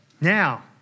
Now